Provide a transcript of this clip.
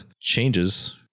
changes